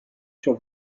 sur